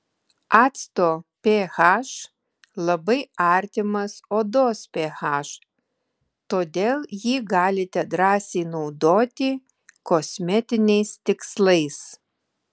acto ph labai artimas odos ph todėl jį galite drąsiai naudoti kosmetiniais tikslais